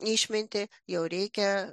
išmintį jau reikia